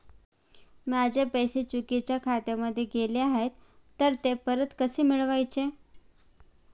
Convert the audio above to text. माझे पैसे चुकीच्या खात्यामध्ये गेले आहेत तर ते परत कसे मिळवायचे?